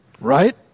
Right